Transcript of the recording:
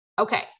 Okay